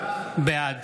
בעד